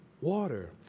water